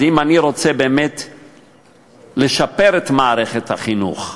אז אם אני רוצה באמת לשפר את מערכת החינוך,